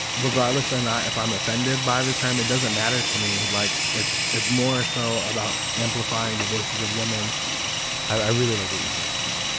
regardless and if i'm offended by the term, it doesn't matter to me like it's it's more so about amplifying the voices of woman i really like what you said just now.